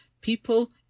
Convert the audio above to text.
people